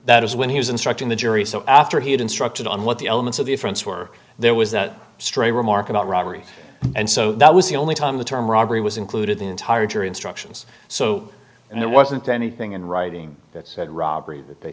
that is when he was instructing the jury so after he had instructed on what the elements of the offense were there was that stray remark about robbery and so that was the only time the term robbery was included the entire jury instructions so and there wasn't anything in writing that said robbery